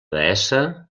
deessa